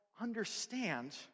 understand